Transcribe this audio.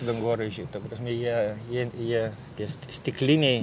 dangoraižiai ta prasme jie jie jie tie sti stikliniai